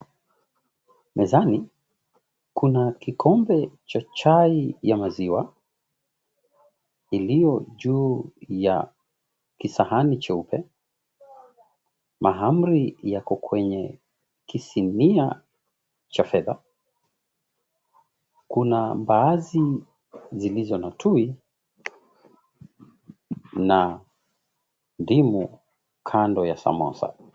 Mezani kuna kikombe cha chai ya maziwa iliyo juu ya kisahani cheupe, mahamri yako kwenye kisinia cha fedha. Kuna mbaazi zilizo na tui na ndimu kando ya samosa.